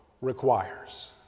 requires